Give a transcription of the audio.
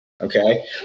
okay